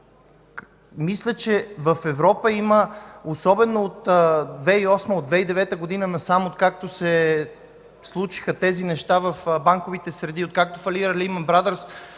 Мисля, че в Европа има, особено от 2008 – 2009 г. насам, откакто се случиха тези неща в банковите среди, откакто фалира „Лимън Брадърс”